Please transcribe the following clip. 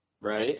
Right